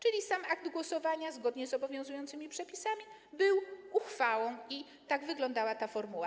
Tak więc akt głosowania zgodnie z obowiązującymi przepisami był uchwałą i tak wyglądała ta formuła.